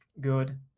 good